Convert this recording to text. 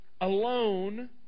Alone